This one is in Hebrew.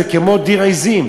זה כמו דיר עזים.